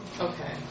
Okay